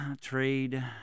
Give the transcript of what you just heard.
trade